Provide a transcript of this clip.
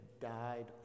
died